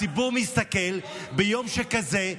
הציבור מסתכל ביום שכזה.